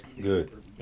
Good